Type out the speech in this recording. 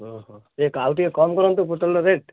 ଓହୋ ଆଉ ଟିକେ କମ୍ କରନ୍ତୁ ପୋଟଳର ରେଟ୍